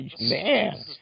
Man